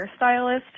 hairstylist